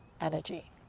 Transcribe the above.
energy